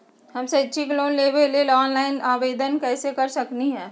हम शैक्षिक लोन लेबे लेल ऑनलाइन आवेदन कैसे कर सकली ह?